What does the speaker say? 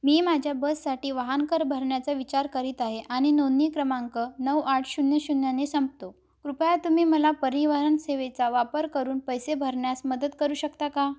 मी माझ्या बससाठी वाहन कर भरण्याचा विचार करीत आहे आणि नोंदणी क्रमांक नऊ आठ शून्य शून्यने संपतो कृपया तुम्ही मला परिवहन सेवेचा वापर करून पैसे भरण्यास मदत करू शकता का